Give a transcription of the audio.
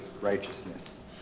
righteousness